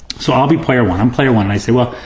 so i'll be player one. i'm player one. i say, well,